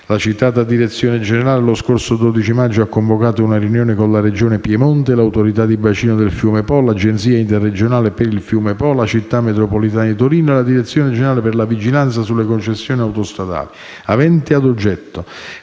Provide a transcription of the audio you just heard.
la citata direzione generale lo scorso 12 maggio ha convocato una riunione con la Regione Piemonte, l'Autorità di bacino del fiume Po, l'Agenzia interregionale per il fiume Po, la Città metropolitana di Torino e la direzione generale per la vigilanza sulle concessioni autostradali avente ad oggetto